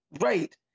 Right